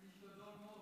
איש גדול מאוד.